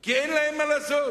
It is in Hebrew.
כי אין להם מה לעשות.